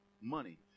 money